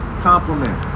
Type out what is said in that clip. Compliment